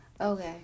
Okay